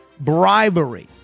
Bribery